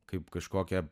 kaip kažkokią